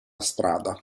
strada